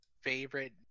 favorite